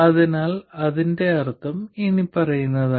അതിനാൽ അതിന്റെ അർത്ഥം ഇനിപ്പറയുന്നതാണ്